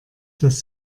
dass